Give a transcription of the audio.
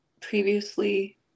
previously